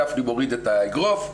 גפני מוריד את האגרוף,